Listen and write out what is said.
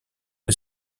que